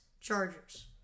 Chargers